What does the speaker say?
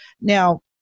Now